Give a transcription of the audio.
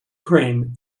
crane